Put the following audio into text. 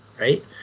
right